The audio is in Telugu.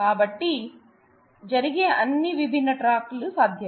కాబట్టి జరిగే అన్ని విభిన్న ట్రాక్లు సాధ్యమే